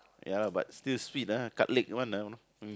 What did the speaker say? ya lah but still sweet ah cut leg one ah you know